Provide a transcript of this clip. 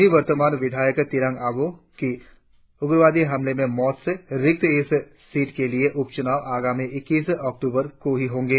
निवर्तमान विधायक तिरोंग आबोह की उग्रवादी हमले में मौत से रिक्त इस सीट के लिए उपचुनाव आगामी इक्कीस अक्टूबर को ही होंगे